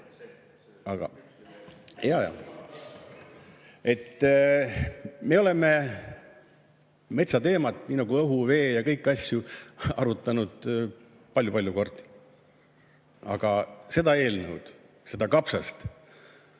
Me oleme metsateemat, nagu õhu‑, vee‑ ja kõiki asju, arutanud palju-palju kordi. Aga seda eelnõu, seda kapsast,